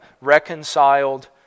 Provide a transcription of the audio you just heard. reconciled